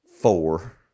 four